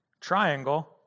triangle